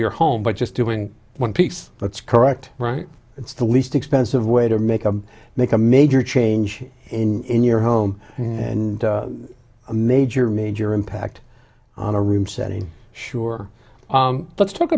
your home but just doing one piece that's correct right it's the least expensive way to make a make a major change in your home and a major major impact on a room setting sure let's talk